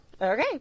Okay